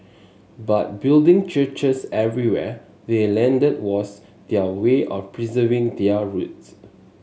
but building churches everywhere they landed was their way of preserving their roots